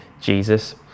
Jesus